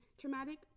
traumatic